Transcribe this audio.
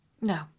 No